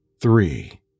three